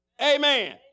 Amen